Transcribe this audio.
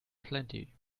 plenty